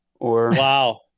Wow